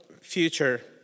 future